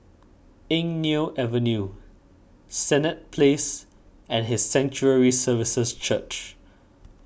Eng Neo Avenue Senett Place and His Sanctuary Services Church